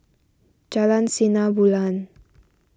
Jalan Sinar Bulan